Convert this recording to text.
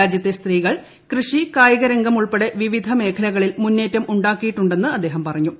രാജ്യത്തെ സ്ത്രീകൾ കൃഷി കായികരംഗം ഉൾപ്പെടെ വിവിധ മേഖലകളിൽ മുന്നേറ്റം ഉണ്ടാക്കിയിട്ടുണ്ടെന്ന അദ്ദേഹം പറഞ്ഞു